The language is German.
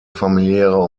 familiäre